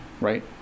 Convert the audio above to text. right